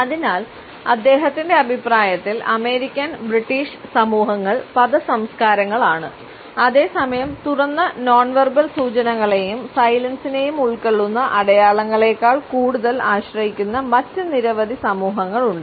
അതിനാൽ അദ്ദേഹത്തിന്റെ അഭിപ്രായത്തിൽ അമേരിക്കൻ ബ്രിട്ടീഷ് സമൂഹങ്ങൾ പദസംസ്കാരങ്ങളാണ് അതേസമയം തുറന്ന നോണ് വെർബൽ സൂചനകളെയും സൈലൻസിനെയും ഉൾക്കൊള്ളുന്ന അടയാളങ്ങളെ കൂടുതൽ ആശ്രയിക്കുന്ന മറ്റ് നിരവധി സമൂഹങ്ങളുണ്ട്